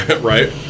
right